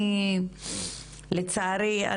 לצערי,